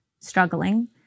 struggling